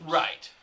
right